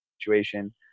situation